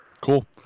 Cool